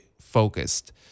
focused